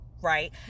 right